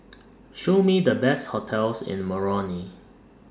Show Me The Best hotels in Moroni